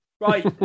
Right